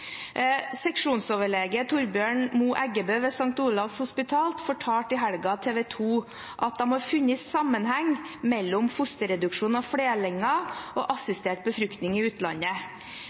Seksjonsoverlege Torbjørn Moe Eggebø ved St. Olavs hospital fortalte i helgen til TV 2 at de har funnet en sammenheng mellom fosterreduksjon av flerlinger og assistert befruktning i utlandet.